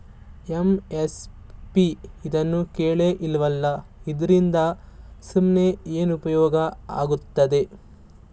MSP ಇದ್ನನಾನು ಕೇಳೆ ಇಲ್ವಲ್ಲ? ಇದ್ರಿಂದ ನಮ್ಗೆ ಏನ್ಉಪ್ಯೋಗ ಆಯ್ತದೆ?